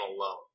alone